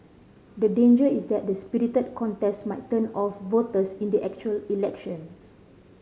the danger is that the spirited contest might turn off voters in the actual elections